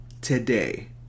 today